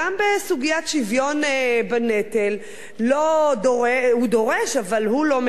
בסוגיית השוויון בנטל הוא דורש אבל הוא לא מקיים.